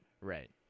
Right